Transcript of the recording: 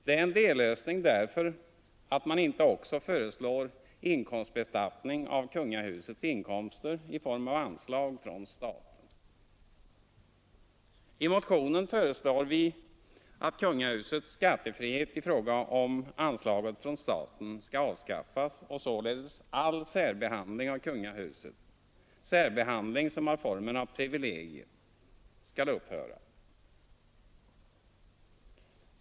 Det är en dellösning därför att man inte också föreslår inkomstbeskattning av kungahusets inkomster i form av anslag från staten. I motionen föreslår vi att kungahusets skattefrihet i fråga om också anslaget från staten skall avskaffas och således all särbehandling av kungahuset — särbehandling som har formen av privilegier — skall upphöra.